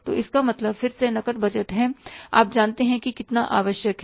तो इसका मतलब फिर से नकद बजट में है आप जानते हैं कितना आवश्यक है